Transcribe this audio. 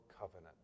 covenant